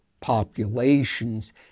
populations